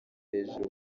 hejuru